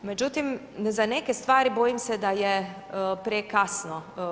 Međutim, za neke stvari bojim se da je prekasno.